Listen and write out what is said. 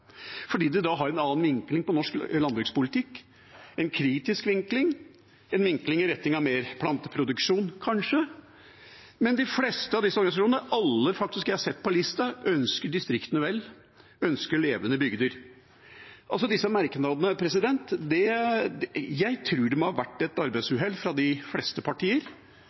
fordi den har en annen vinkling på norsk landbrukspolitikk, en kritisk vinkling, en vinkling i retning av mer planteproduksjon kanskje. Men de fleste av disse organisasjonene, ja faktisk alle som jeg har sett på lista, ønsker distriktene vel og ønsker levende bygder. Disse merknadene tror jeg har vært et arbeidsuhell fra de fleste partier,